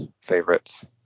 favorites